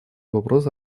вопроса